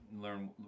learn